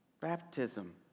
baptism